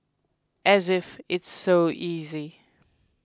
as if it's so easy